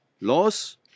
loss